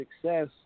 success